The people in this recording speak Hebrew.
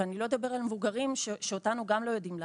אני לא אדבר על המבוגרים כאשר גם אותנו לא יודעים להכיל.